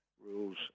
rules